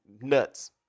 nuts